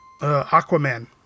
Aquaman